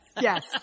Yes